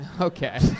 Okay